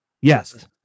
Yes